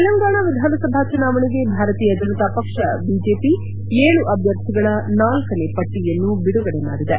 ತೆಲಂಗಾಣ ವಿಧಾನಸಭಾ ಚುನಾವಣೆಗೆ ಭಾರತೀಯ ಜನತಾ ಪಕ್ಷ ಬಿಜೆಪಿ ಏಳು ಅಭ್ಯರ್ಥಿಗಳ ನಾಲ್ಕನೇ ಪಟ್ಟಿಯನ್ನು ಬಿಡುಗಡೆ ಮಾಡಿದೆ